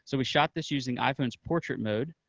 so we shot this using iphone's portrait mode,